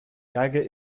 geige